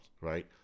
right